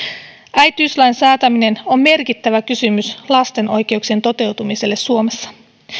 äitiyslain säätäminen on merkittävä kysymys lasten oikeuksien toteutumiselle suomessa